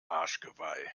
arschgeweih